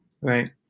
Right